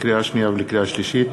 לקריאה שנייה ולקריאה שלישית: